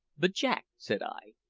but, jack, said i,